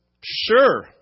sure